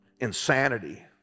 insanity